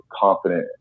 confident